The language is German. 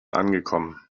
angekommen